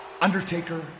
Undertaker